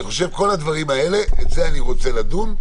בדברים האלה אני רוצה לדון,